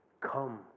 come